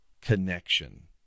connection